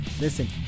Listen